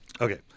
Okay